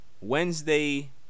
Wednesday